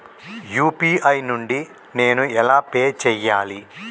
UPI నుండి నేను ఎలా పే చెయ్యాలి?